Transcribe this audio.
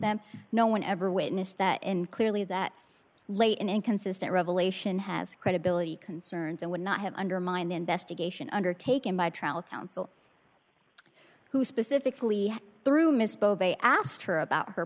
them no one ever witnessed that and clearly that late in inconsistent revelation has credibility concerns and would not have undermined the investigation undertaken by trial counsel who specifically through misspoke they asked her about her